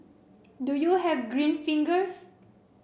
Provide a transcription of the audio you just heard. do you have green fingers